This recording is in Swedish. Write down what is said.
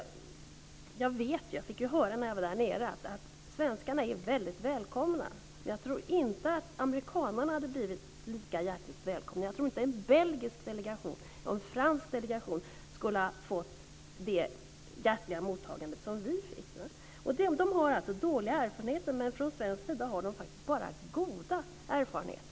Jag fick höra när jag var där att svenskarna är välkomna. Jag tror inte att amerikaner hade varit lika välkomna. Jag tror inte att en belgisk delegation eller en fransk delegation skulle ha fått det hjärtliga mottagande som vi fick. Man har dåliga erfarenheter, men från svensk sida har man faktiskt bara goda erfarenheter.